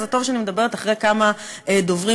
וטוב שאני מדברת אחרי כמה דוברים,